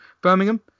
Birmingham